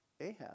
Ahab